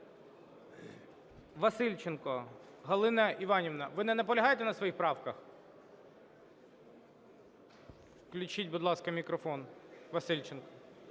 Васильченко Галина Іванівна, ви не наполягаєте на своїх правках? Включіть, будь ласка, мікрофон Васильченко.